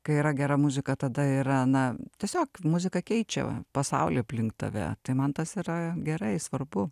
kai yra gera muzika tada yra na tiesiog muzika keičia pasaulį aplink tave tai man tas yra gerai svarbu